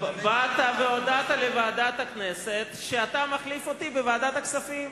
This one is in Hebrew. באת והודעת לוועדת הכנסת שאתה מחליף אותי בוועדת הכספים,